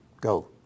go